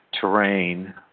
terrain